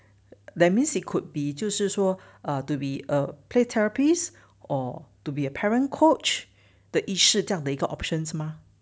that means it could be 就是说 err to be a play therapist or to be a parent coach 的意思这样的一个 options mah